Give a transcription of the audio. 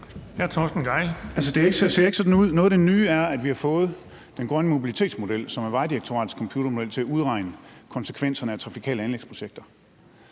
det ser ikke sådan ud. Noget af det nye er, at vi har fået den grønne mobilitetsmodel, som er Vejdirektoratets computermodel til at udregne konsekvenserne af trafikale anlægsprojekter.